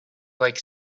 like